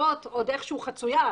זאת עוד איכשהו חצויה,